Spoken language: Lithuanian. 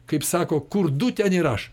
kaip sako kur du ten ir aš